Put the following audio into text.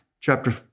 chapter